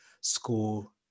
School